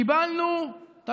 קיבלנו, איזה?